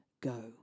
go